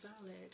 valid